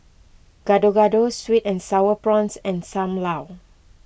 Gado Gado Sweet and Sour Prawns and Sam Lau